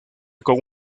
con